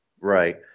Right